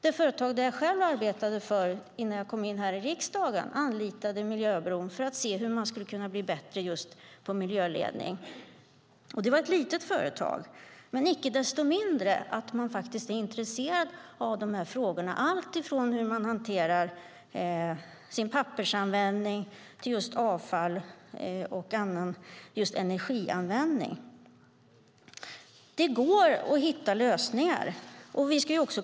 Det företag där jag själv arbetade innan jag kom in i riksdagen anlitade Miljöbron för att se hur man skulle kunna bli bättre på just miljöledning. Det var ett litet företag, icke desto mindre var man faktiskt intresserad av de här frågorna, alltifrån hur man hanterar sin pappersanvändning till sitt avfall och annan energianvändning. Det går att hitta lösningar.